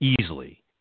easily